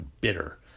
bitter